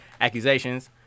accusations